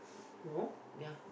no